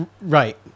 right